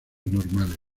normales